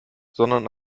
sondern